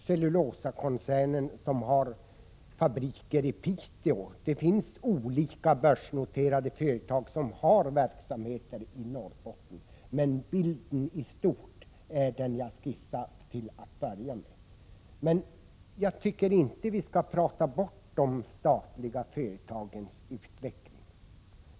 Cellulosakoncernen har fabriker i Piteå. Det finns olika börsnoterade företag som har verksamheter i Norrbotten. Men bilden i stort är den jag skissade till att börja med. Jag tycker inte att vi skall prata bort de statliga företagens utveckling.